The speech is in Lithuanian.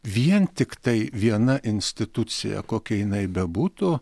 vien tiktai viena institucija kokia jinai bebūtų